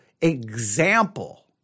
example